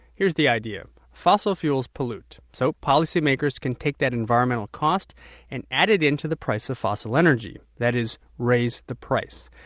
here's the idea fossil fuels pollute. so policymakers can take that environmental cost and add it to the price of fossil energy. that is, raise the price.